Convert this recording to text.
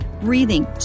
breathing